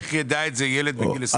איך ידע את זה ילד בגיל 20?